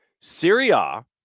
Syria